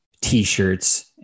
t-shirts